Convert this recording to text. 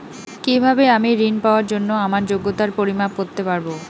কিভাবে আমি ঋন পাওয়ার জন্য আমার যোগ্যতার পরিমাপ করতে পারব?